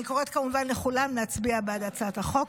אני קוראת כמובן לכולם להצביע בעד הצעת החוק.